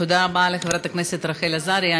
תודה רבה לחברת הכנסת רחל עזריה.